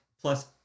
plus